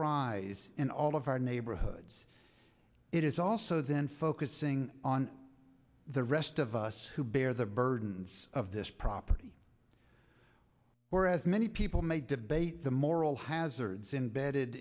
rise in all of our neighborhoods it is also then focusing on the rest of us who bear the burdens of this property where as many people may debate the moral hazards imbedded